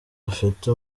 afite